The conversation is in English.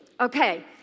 Okay